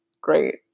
great